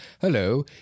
hello